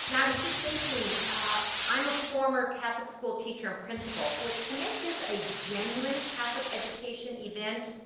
and i was just thinking i'm a former catholic school teacher and principal so to make this a genuine catholic education event,